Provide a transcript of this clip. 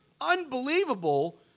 unbelievable